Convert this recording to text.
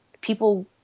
people